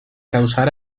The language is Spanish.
causar